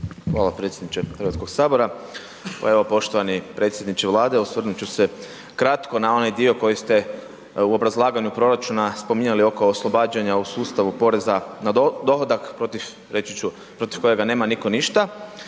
Hvala predsjedniče Hrvatskog sabora. Pa evo poštovani predsjedniče Vlade, osvrnut ću se kratko na onaj dio koji ste u obrazlaganju proračuna spominjali oko oslobađanja u sustavu poreza na dohodak protiv reći ću, protiv kojega nema nitko ništa